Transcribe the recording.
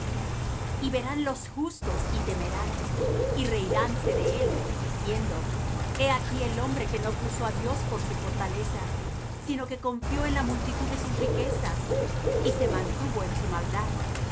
y verán los justos y temerán y reiránse de él diciendo he aquí el hombre que no puso á dios por su fortaleza sino que confió en la multitud de sus